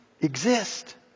exist